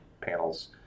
panels